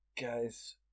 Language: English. Guys